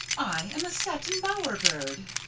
i am a satin bower bird,